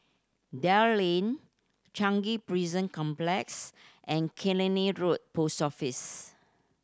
Dell Lane Changi Prison Complex and Killiney Road Post Office